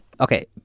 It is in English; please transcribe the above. okay